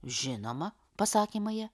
žinoma pasakė maja